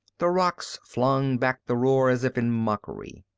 the rocks flung back the roar as if in mockery.